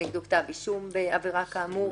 נגדו כתב אישום בעבירה כאמור.